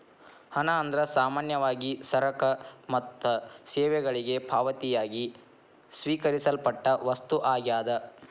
ಹಣ ಅಂದ್ರ ಸಾಮಾನ್ಯವಾಗಿ ಸರಕ ಮತ್ತ ಸೇವೆಗಳಿಗೆ ಪಾವತಿಯಾಗಿ ಸ್ವೇಕರಿಸಲ್ಪಟ್ಟ ವಸ್ತು ಆಗ್ಯಾದ